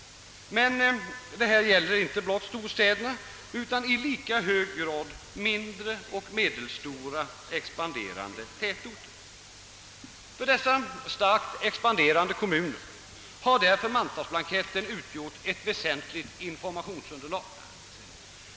Denna utveckling gäller inte bara storstäderna utan i lika hög grad mindre och medelstora expanderande tätorter. För dessa starkt expaniderande kommuner har därför mantalsuppgifterna utgjort ett väsentligt informationsunderlag.